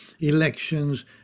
elections